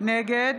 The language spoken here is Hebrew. נגד